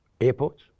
airports